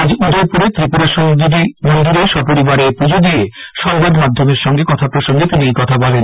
আজ উদয়পুরে ত্রিপুরা সুন্দরী মন্দিরে স্বপরিবারে পুজো দিয়ে সংবাদ মাধ্যমের সাখে কথা প্রসঙ্গে তিনি একথা বলেন